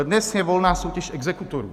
Dnes je volná soutěž exekutorů.